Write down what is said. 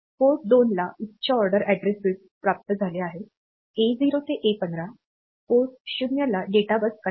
port 2 ला उच्च order address bits प्राप्त झाले आहेत A0 ते A15 पोर्ट 0 ला डेटा बस कनेक्ट होईल